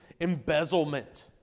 embezzlement